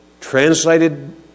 translated